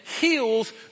heals